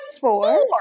Four